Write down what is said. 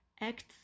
acts